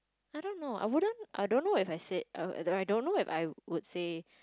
I don't know I wouldn't I don't know if I said err I don't know if I would say